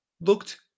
looked